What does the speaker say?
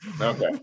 okay